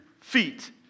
feet